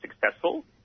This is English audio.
successful